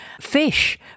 fish